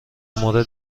مورد